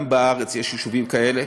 גם בארץ יש יישובים כאלה.